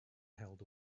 held